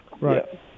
right